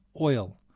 oil